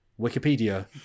Wikipedia